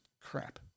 crap